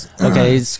okay